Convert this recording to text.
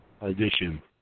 edition